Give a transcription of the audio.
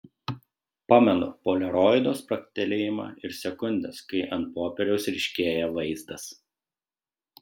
pamenu poliaroido spragtelėjimą ir sekundes kai ant popieriaus ryškėja vaizdas